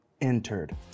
entered